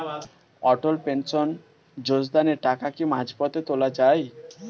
অটল pension যোজনাতে টাকা কি মাঝপথে তোলা যায়?